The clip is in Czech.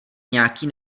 nějaký